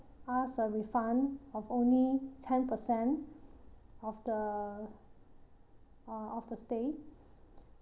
us a refund of only ten percent of the uh of the stay